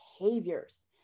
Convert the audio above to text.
behaviors